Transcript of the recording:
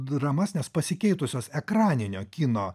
dramas nes pasikeitusios ekraninio kino